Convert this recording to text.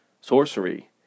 sorcery